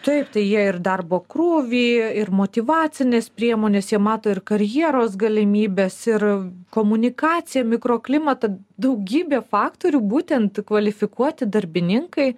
taip tai jie ir darbo krūvį ir motyvacines priemones jie mato ir karjeros galimybes ir komunikaciją mikroklimatą daugybę faktorių būtent kvalifikuoti darbininkai